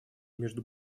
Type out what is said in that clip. между